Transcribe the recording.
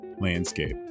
landscape